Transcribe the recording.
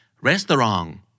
restaurant